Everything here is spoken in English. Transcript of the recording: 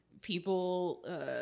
people